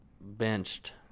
benched